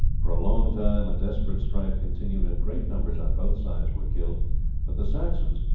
for a long time a desperate strife continued and great numbers on both sides were killed but the saxons,